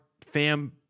Fam